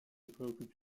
préoccupe